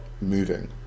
moving